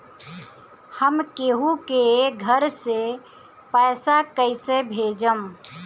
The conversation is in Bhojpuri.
हम केहु के घर से पैसा कैइसे भेजम?